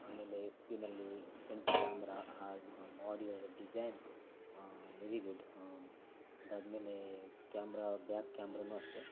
ಆಮೇಲೆ ಸ್ಕ್ರೀನಲ್ಲಿ front camera ಆ ಏನು ಮೊಡ್ಯೂಲ್ ಡಿಸೈನು ವೇರಿ ಗುಡ್ ಅದಾದ್ಮೇಲೆ ಕ್ಯಾಮ್ರ ಬ್ಯಾಕ್ ಕ್ಯಾಮ್ರನೂ ಅಷ್ಟೆ